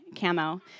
camo